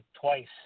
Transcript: twice